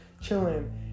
chilling